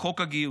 חוק הגיוס.